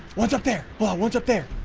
what's up there? well, what's up their?